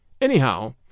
Anyhow